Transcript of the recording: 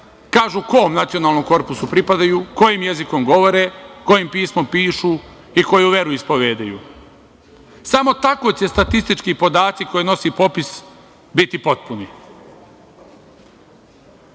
kažu kom nacionalnom korpusu pripadaju, kojim jezikom govore, kojim pismom pišu i koju veru ispovedaju. Samo tako će se statistički podaci koje nosi popis biti potpuni. Možda